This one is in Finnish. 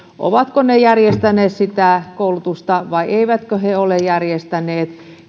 järjestäneet sitä koulutusta vai eivätkö ne ole järjestäneet